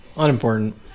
Unimportant